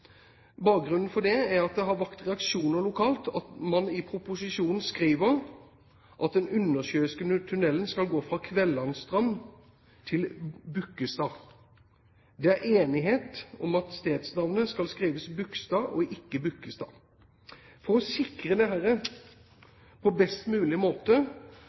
Bakgrunnen for det er at det har vakt reaksjoner lokalt at man i proposisjonen skriver at den undersjøiske tunnelen skal gå «mellom Kvellandstrand og Bukkestad». Det er enighet om at stedsnavnet skal skrives Bukstad og ikke Bukkestad. For å sikre dette på best mulig måte